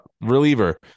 Reliever